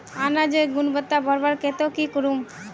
अनाजेर गुणवत्ता बढ़वार केते की करूम?